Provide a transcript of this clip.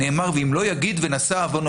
נאמר "ואם לא יגיד, ונשא עוונו".